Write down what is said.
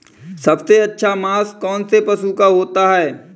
सबसे अच्छा मांस कौनसे पशु का होता है?